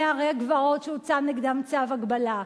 נערי הגבעות שהוצא נגדם צו הגבלה.